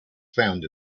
found